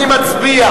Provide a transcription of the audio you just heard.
אני מצביע,